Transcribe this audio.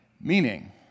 meaning